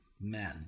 men